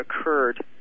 occurred